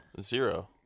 Zero